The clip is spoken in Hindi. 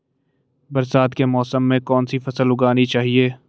बरसात के मौसम में कौन सी फसल उगानी चाहिए?